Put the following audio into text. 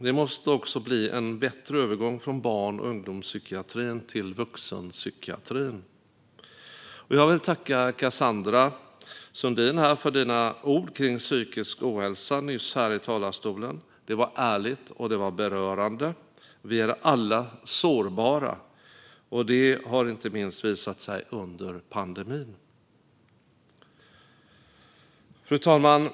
Det måste också bli en bättre övergång från barn och ungdomspsykiatrin till vuxenpsykiatrin. Jag vill tacka Cassandra Sundin för hennes ord om psykisk ohälsa nyss här i talarstolen. Det var ärligt, och det var berörande. Vi är alla sårbara. Det har inte minst visat sig under pandemin. Fru talman!